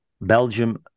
Belgium